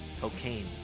cocaine